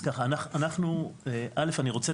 רוצה